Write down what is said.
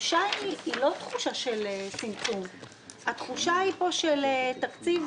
אין כאן תחושה של צמצום אלא של תקציב